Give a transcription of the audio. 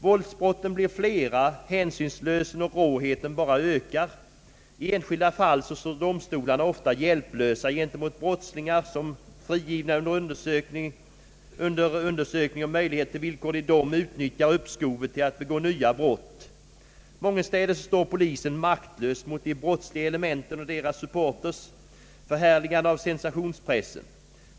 Våldsbrotten blir flera, hänsynslösheten och råheten bara ökar. I enskilda fall står domstolarna ofta hjälplösa gentemot brottslingar som, frigivna under undersökning om möjligheten till villkorlig dom, utnyttjar uppskovet till att begå nya brott. Mångenstädes står polisen maktlös mot de brottsliga elementen och deras supporters, förhärligade av sensationspressen.